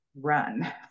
run